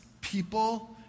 people